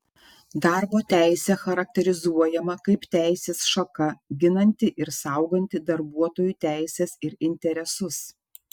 darbo teisė charakterizuojama kaip teisės šaka ginanti ir sauganti darbuotojų teises ir interesus